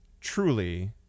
truly